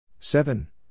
Seven